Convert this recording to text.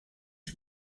for